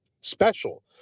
special